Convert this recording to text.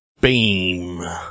beam